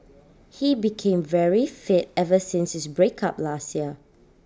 he became very fit ever since his break up last year